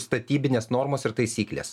statybinės normos taisyklės